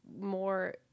more